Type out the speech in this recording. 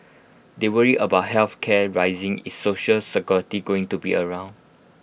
they worried about health care rising is Social Security going to be around